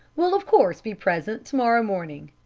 will of course be present to-morrow morning.